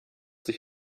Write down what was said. sich